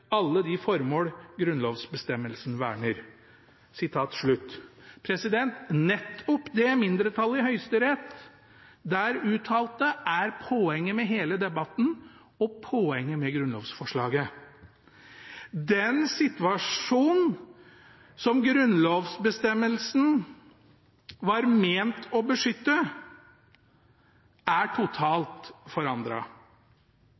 alle de formål grunnlovsbestemmelsen verner.» Nettopp det mindretallet i Høyesterett der uttalte, er poenget med hele debatten og poenget med grunnlovsforslaget. Den situasjonen som grunnlovsbestemmelsen var ment å beskytte, er